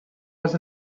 was